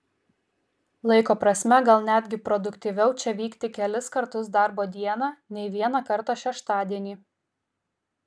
laiko prasme gal netgi produktyviau čia vykti kelis kartus darbo dieną nei vieną kartą šeštadienį